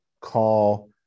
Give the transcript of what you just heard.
call